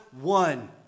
one